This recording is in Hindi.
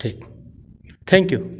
ठीक थैंक यू